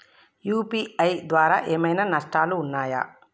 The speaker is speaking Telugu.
యూ.పీ.ఐ ద్వారా ఏమైనా నష్టాలు ఉన్నయా?